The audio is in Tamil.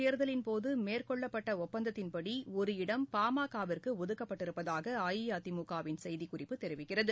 தேர்தலின்போதுமேற்ரெகள்ளப்பட்டஒப்பந்தத்தின்படிஒரு மக்களவைத் இடம் பாமக விற்குஒதுக்கப்பட்டிருப்பதாகஅஇஅதிமுக வின் செய்திக்குறிப்பு தெரிவிக்கிறது